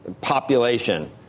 population